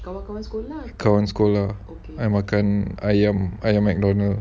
kawan sekolah I makan ayam ayam McDonald